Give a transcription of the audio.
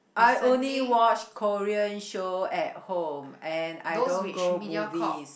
I only watch Korean show at home and I don't go movies